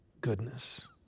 goodness